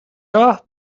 راه